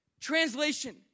Translation